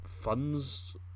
funds